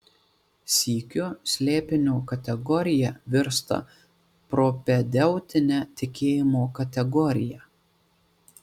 sykiu slėpinio kategorija virsta propedeutine tikėjimo kategorija